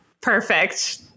perfect